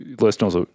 listeners